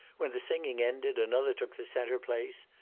when the singing ended, another took the centre place,